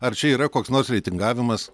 ar čia yra koks nors reitingavimas